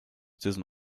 diesen